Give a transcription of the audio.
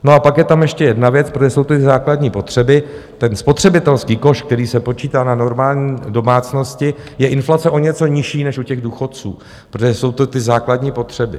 No a pak je tam ještě jedna věc, protože jsou to základní potřeby, ten spotřebitelský koš, který se počítá na normální domácnosti, je inflace o něco nižší než u těch důchodců, protože jsou to ty základní potřeby.